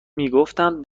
میگفتند